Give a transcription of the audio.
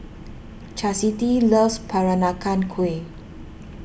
Chasity loves Peranakan Kueh